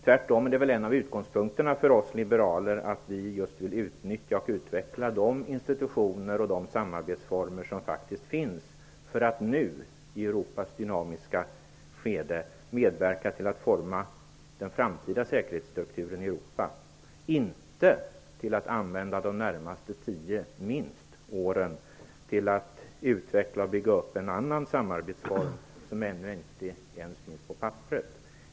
Tvärtom är det en av utgångspunkterna för oss liberaler att vi just vill utnyttja och utveckla de institutioner och de samarbetsformer som faktiskt finns för att nu i Europas dynamiska skede medverka till att forma den framtida säkerhetsstrukturen i Europa, inte till att använda minst de närmaste tio åren till att utveckla och bygga upp en annan samarbetsform som ännu inte ens finns på papperet.